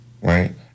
right